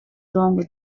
longer